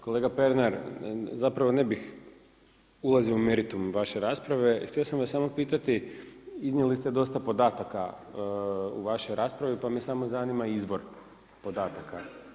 Kolega Pernar, zapravo ne bih ulazio u meritum vaše rasprave, htio sam vas samo pitati, iznijeli ste dosta podataka u vašoj raspravi, pa me samo zanima izvor podataka.